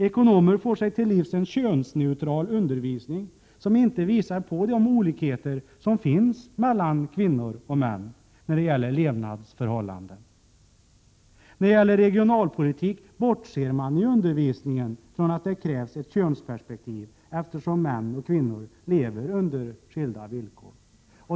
Ekonomer får sig till livs en könsneutral undervisning, som inte visar de olikheter som finns mellan kvinnor och män när det gäller levnadsförhållanden. I fråga om regionalpolitiken bortser man i undervisningen från att det krävs ett könsperspektiv, eftersom män och kvinnor lever under skilda villkor.